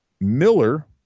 Miller